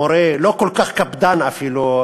מורה לא כל כך קפדן אפילו,